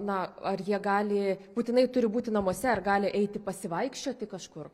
na ar jie gali būtinai turi būti namuose ar gali eiti pasivaikščioti kažkur